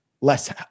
less